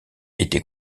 été